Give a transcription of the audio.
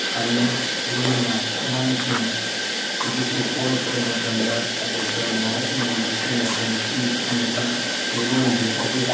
ꯊꯝꯃꯤ ꯂꯣꯏꯅꯅ ꯑꯉꯥꯡꯁꯤꯡ ꯑꯗꯨꯁꯨ ꯄꯣꯛꯂꯛꯄ ꯃꯇꯝꯗ ꯗꯣꯛꯇ꯭ꯔ ꯅꯔ꯭ꯁꯁꯤꯡꯅ ꯕꯦꯛꯁꯤꯅꯦꯁꯟ ꯄꯤ ꯑꯃꯁꯨꯡ ꯃꯤꯔꯣꯟꯕꯤ ꯑꯗꯨ